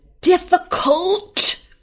difficult